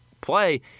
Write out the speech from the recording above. play –